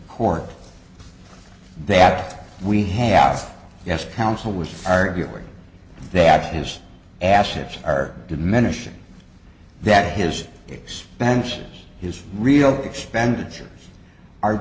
court that we have yes counsel was arguing that his assets are diminishing that his expansions his real expenditures are